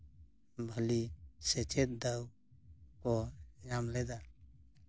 ᱵᱷᱟᱹᱞᱤ ᱥᱮᱪᱮᱫ ᱫᱟᱣ ᱠᱚ ᱧᱟᱢ ᱞᱮᱫᱟ